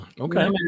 Okay